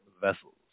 vessels